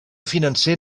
financer